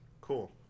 cool